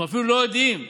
אנחנו אפילו לא יודעים